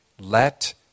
let